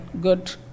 Good